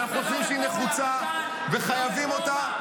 ואנחנו חושבים שהיא נחוצה וחייבים אותה,